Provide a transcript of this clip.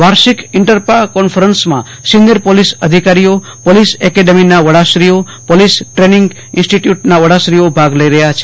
વાર્ષિક ઇન્ટરપા કોન્ફરન્સમાં સીનીયર પોલીસ અધિકારીઓ પોલીસ એકેડેમીના વડાશ્રીઓ પોલીસ ટ્રેનીંગ ઇન્સ્ટીટયુટના વડાશ્રીઓ ભાગ લઇ રહ્યા છે